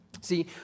See